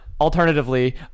alternatively